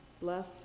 bless